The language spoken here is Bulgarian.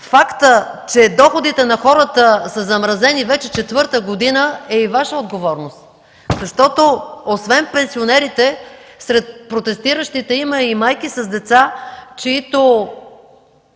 фактът, че доходите на хората са замразени вече четвърта година, е и Ваша отговорност. Освен пенсионерите сред протестиращите има и майки с деца, чиито